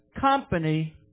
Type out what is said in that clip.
company